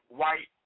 white